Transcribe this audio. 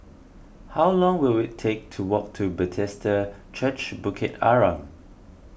how long will it take to walk to Bethesda Church Bukit Arang